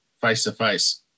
face-to-face